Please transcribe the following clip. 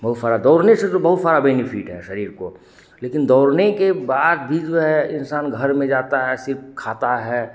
बहुत सारा दौड़ने से तो बहुत ज़्यादा बेनिफिट है शरीर को लेकिन दौड़ने के बाद भी जो है इन्सान घर में जाता है सिर्फ खाता है